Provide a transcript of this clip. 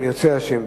אם ירצה השם,